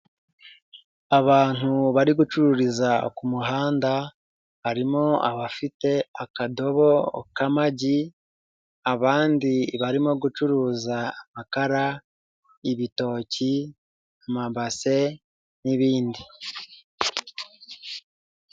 Abantu bari gucururiza ku muhanda, harimo abafite akadobo k'amagi, abandi barimo gucuruza amakara, ibitoki, amabase n'ibindi.